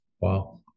Wow